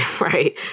right